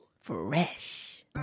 Fresh